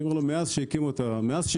אמרתי: מאז שהקימו את הרשות,